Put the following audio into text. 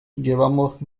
llevamos